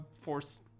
force